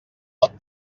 lot